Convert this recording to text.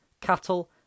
cattle